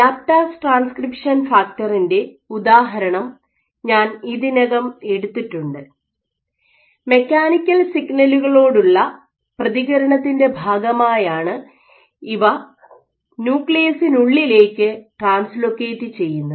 യാപ് TAZ transcription ഫാക്ടറിൻ്റെ YAPTAZ transcription factor ഉദാഹരണം ഞാൻ ഇതിനകം എടുത്തിട്ടുണ്ട് മെക്കാനിക്കൽ സിഗ്നലുകളോടുള്ള പ്രതികരണത്തിൻ്റെ ഭാഗമായാണ് ഇവ ന്യൂക്ലിയസിനുള്ളിലേക്ക് ട്രാൻസ്ലോക്കറ്റ് ചെയ്യുന്നത്